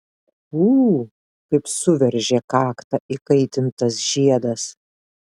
ū kaip suveržė kaktą įkaitintas žiedas